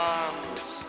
arms